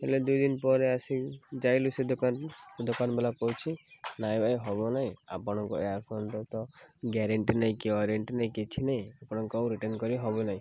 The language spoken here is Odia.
ହେଲେ ଦୁଇ ଦିନ ପରେ ଆସି ଯାଇଲୁ ସେ ଦୋକାନ ଦୋକାନ ବାଲା କହୁଛି ନାଇଁ ଭାଇ ହେବ ନାଇଁ ଆପଣଙ୍କ ଇୟର୍ ଫୋନ୍ର ତ ଗ୍ୟାରେଣ୍ଟି ନାହିଁ କି ୱାରେଣ୍ଟି ନାହିଁ କିଛି ନାହିଁ ଆପଣଙ୍କୁ ଆଉ ରିଟର୍ନ କରି ହେବନାହିଁ